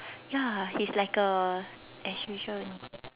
ya he's like a as usual only